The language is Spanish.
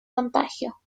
contagio